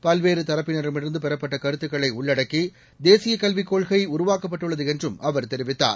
பல்வேறு தரப்பினரிடமிருந்து பெறப்பட்ட கருத்துக்களை உள்ளடக்கி தேசிய கல்விக் கொள்கை உருவாக்கப்பட்டுள்ளது என்றும் அவர் தெரிவித்தார்